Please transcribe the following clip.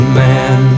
man